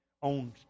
on